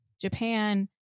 Japan